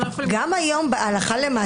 גם אם בית המשפט מחליט לתת